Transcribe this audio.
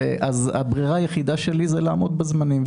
אז הברירה היחידה שלי זה לעמוד בזמנים,